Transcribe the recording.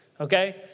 Okay